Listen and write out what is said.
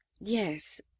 Yes